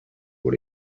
what